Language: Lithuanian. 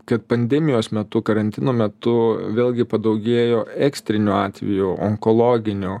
kad pandemijos metu karantino metu vėlgi padaugėjo ekstrinių atvejų onkologinių